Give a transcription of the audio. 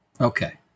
Okay